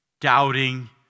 Doubting